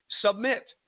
submit